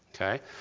Okay